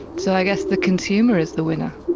so i guess the consumer is the winner.